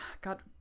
God